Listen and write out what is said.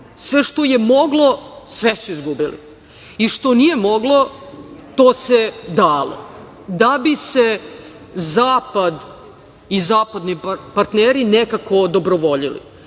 Sve što je moglo, sve su izgubili. I što nije moglo, to se dalo, da bi se zapad i zapadni partneri nekako odobrovoljili,